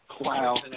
Wow